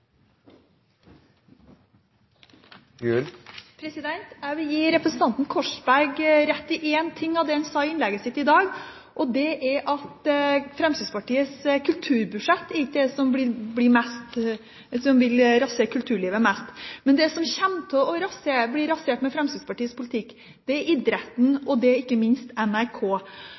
replikkordskifte. Jeg vil gi representanten Korsberg rett i én av de tingene han sa i innlegget sitt i dag, og det er at Fremskrittspartiets kulturbudsjett ikke er det som vil rasere kulturlivet mest. Det som kommer til å bli rasert med Fremskrittspartiets politikk, er idretten – og det er ikke minst NRK.